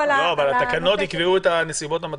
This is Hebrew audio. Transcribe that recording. התקנות יקבעו את הנסיבות המצדיקות?